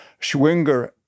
Schwinger